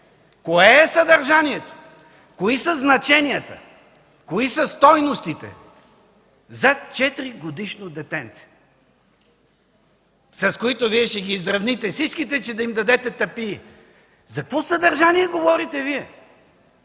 кое е съдържанието, кои са значенията, кои са стойностите за 4-годишно детенце, с които Вие ще изравните всички деца, за да им дадете тапии?! За какво съдържание говорите Вие?!